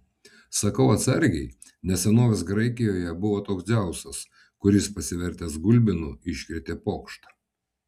sakau atsargiai nes senovės graikijoje buvo toks dzeusas kuris pasivertęs gulbinu iškrėtė pokštą